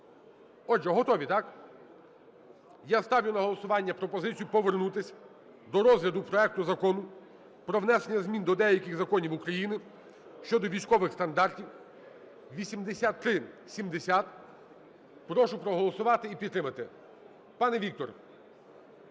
Отже, готові, так? Я ставлю на голосування повернутись до розгляду проекту Закону про внесення змін до деяких законів України щодо військових стандартів (8370). Прошу проголосувати і підтримати. Пане Віктор,